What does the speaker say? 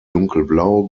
dunkelblau